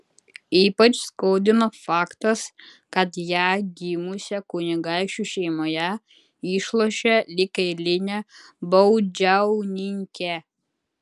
ypač skaudino faktas kad ją gimusią kunigaikščių šeimoje išlošė lyg eilinę baudžiauninkę